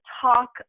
talk